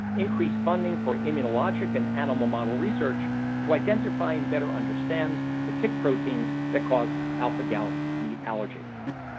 increase funding for immunologic and animal model research to identify and better understand the tick proteins that cause alpha-gal meat allergy.